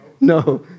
no